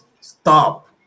stop